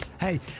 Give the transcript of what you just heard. Hey